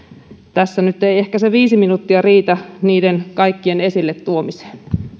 tässä nyt ei ehkä se viisi minuuttia riitä niiden kaikkien esille tuomiseen